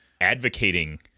advocating